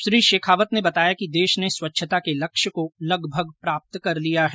श्री शेखावत ने बताया कि देश ने स्वच्छता के लक्ष्य को लगभग प्राप्त कर लिया है